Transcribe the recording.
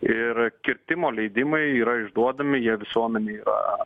ir kirtimo leidimai yra išduodami jie visuomenei yra